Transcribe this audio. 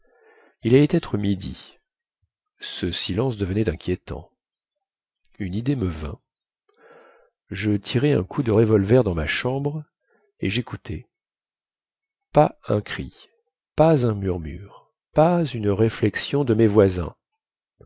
il allait être midi ce silence devenait inquiétant une idée me vint je tirai un coup de revolver dans ma chambre et jécoutai pas un cri pas un murmure pas une réflexion de mes voisins